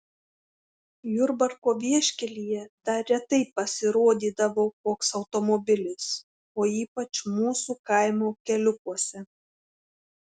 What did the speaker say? jurbarko vieškelyje dar retai pasirodydavo koks automobilis o ypač mūsų kaimo keliukuose